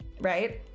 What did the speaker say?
right